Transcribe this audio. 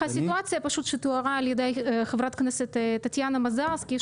את הסיטואציה שתוארה על ידי חה"כ טטיאנה מזרסקי,